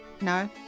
No